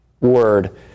word